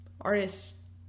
artists